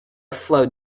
flowed